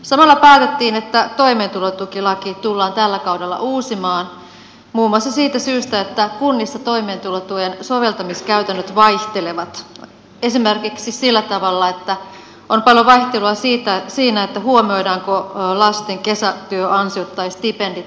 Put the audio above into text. samalla päätettiin että toimeentulotukilaki tullaan tällä kaudella uusimaan muun muassa siitä syystä että kunnissa toimeentulotuen soveltamiskäytännöt vaihtelevat on esimerkiksi paljon vaihtelua siinä huomioidaanko lasten kesätyöansiot tai stipendit toimeentulotuessa